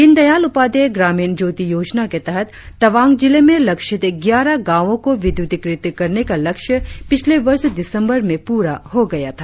दीन दयाल उपाध्याय ग्रामीण ज्योति योजना के तहत तवांग जिले में लक्षित ग्यारह गांवों को विद्युतिकृत करने का लक्ष्य पिछले वर्ष दिसंबर में पूरा हो गया था